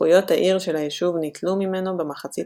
זכויות העיר של היישוב ניטלו ממנו במחצית